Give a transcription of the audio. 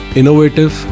innovative